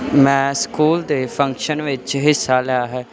ਮੈਂ ਸਕੂਲ ਦੇ ਫੰਕਸ਼ਨ ਵਿੱਚ ਹਿੱਸਾ ਲਿਆ ਹੈ